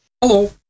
Hello